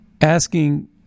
asking